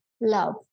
love